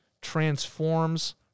transforms